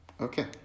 Okay